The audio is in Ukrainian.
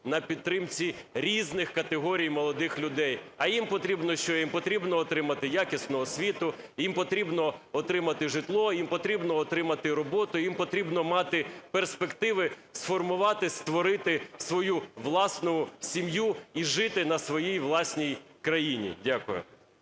на підтримці різних категорій молодих людей. А їм потрібно що? Їм потрібно отримати якісну освіту, їм потрібно отримати житло, їм потрібно отримати роботу, їм потрібно мати перспективи сформувати, створити свою власну сім'ю і жити у своїй власній країні. Дякую.